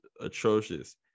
atrocious